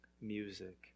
music